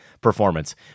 performance